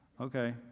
Okay